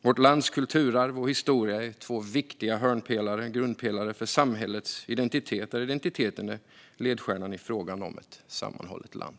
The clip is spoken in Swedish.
Vårt lands kulturarv och historia är två viktiga grundpelare för samhällets identitet, och identiteten är ledstjärnan i fråga om ett sammanhållet land.